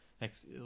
Next